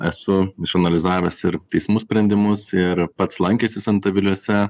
esu išanalizavęs ir teismų sprendimus ir pats lankęsis antaviliuose